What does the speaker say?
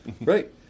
Right